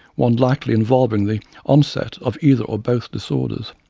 one likely involving the onset of either or both disorders.